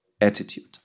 attitude